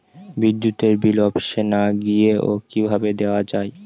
বিদ্যুতের বিল অফিসে না গিয়েও কিভাবে দেওয়া য়ায়?